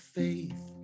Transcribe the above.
faith